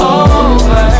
over